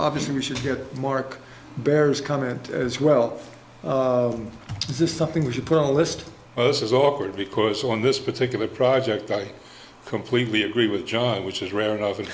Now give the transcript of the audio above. obviously we should hear mark bears comment as well is this something we should put on a list oh this is awkward because on this particular project i completely agree with john which is rare eno